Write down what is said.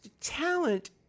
talent